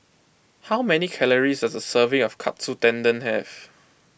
how many calories does a serving of Katsu Tendon have